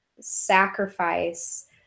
sacrifice –